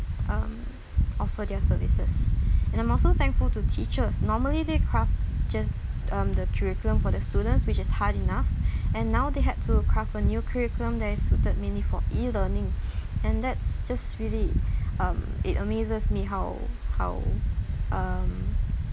um offer their services and I'm also thankful to teachers normally they craft just um the curriculum for the students which is hard enough and now they had to craft a new curriculum that is suited mainly for E-learning and that's just really um it amazes me how how um